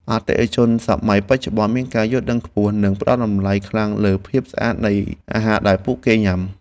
អតិថិជនសម័យបច្ចុប្បន្នមានការយល់ដឹងខ្ពស់ និងផ្តល់តម្លៃខ្លាំងលើភាពស្អាតនៃអាហារដែលពួកគេញ៉ាំ។